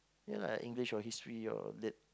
yeah English or History or Lit